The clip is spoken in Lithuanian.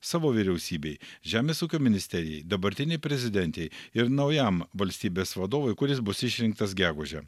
savo vyriausybei žemės ūkio ministerijai dabartinei prezidentei ir naujam valstybės vadovui kuris bus išrinktas gegužę